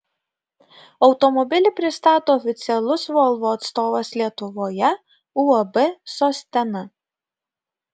automobilį pristato oficialus volvo atstovas lietuvoje uab sostena